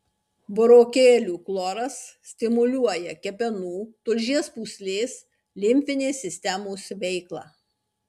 burokėlių chloras stimuliuoja kepenų tulžies pūslės limfinės sistemos veiklą